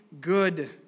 good